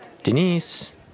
Denise